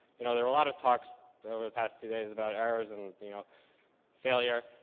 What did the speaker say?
you know, there were a lot of talks over the last two days about errors and you know failure,